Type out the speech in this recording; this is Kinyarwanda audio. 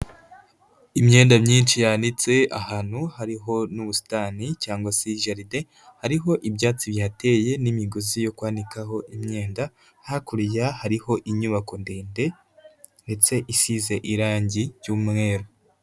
Imyenda myinshi yanitse ahantu hariho n'ubusitani cyangwa se jaride, hariho ibyatsi bihateye n'imigozi yo kwanikaho imyenda, hakurya hariho inyubako ndende ndetse isize irangi ry'umweru.